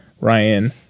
ryan